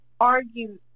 argue